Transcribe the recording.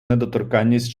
недоторканність